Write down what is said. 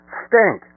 stink